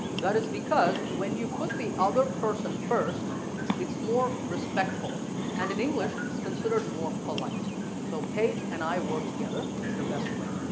that is because when you put the other person first it's more respectful and in english it's considered more polite so paige and i work together is the best way.